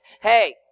hey